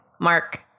Mark